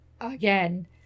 again